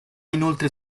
inoltre